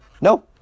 No